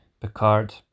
Picard